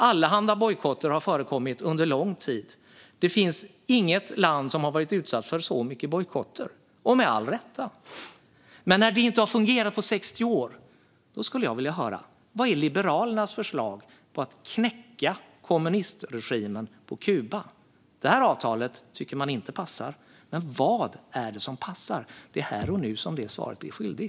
Allehanda bojkotter har förekommit under lång tid. Det finns inget land som har varit utsatt för så mycket bojkotter, och med all rätt. Men när det inte har fungerat på 60 år skulle jag vilja höra vad som är Liberalernas förslag för att knäcka kommunistregimen på Kuba. Det här avtalet tycker man inte passar. Men vad är det som passar? Det är här och nu som man blir det svaret skyldig.